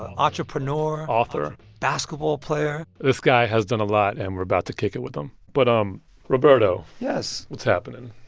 entrepreneur. author. basketball player this guy has done a lot and we're about to kick it with him. but, um roberto. yes? what's happening?